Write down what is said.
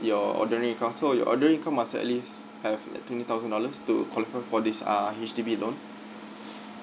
your ordering income so your ordering income must at least have like twenty thousand dollars to qualify for this err H_D_B loan